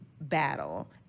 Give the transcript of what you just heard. battle